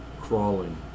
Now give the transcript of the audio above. crawling